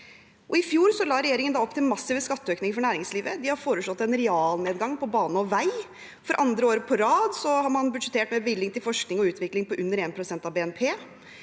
I fjor la regjeringen opp til massive skatteøkninger for næringslivet. De har foreslått en realnedgang for bane og vei. For andre år på rad har man budsjettert med en bevilgning til forskning og utvikling som er på under 1 pst. av BNP.